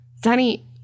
Danny